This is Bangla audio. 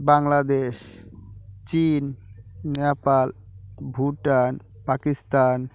বাংলাদেশ চিন নেপাল ভুটান পাকিস্তান